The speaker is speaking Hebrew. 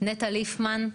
נטע ליפמן,